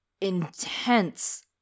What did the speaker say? intense